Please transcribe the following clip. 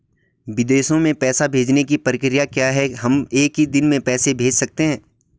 विदेशों में पैसे भेजने की प्रक्रिया क्या है हम एक ही दिन में पैसे भेज सकते हैं?